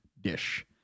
dish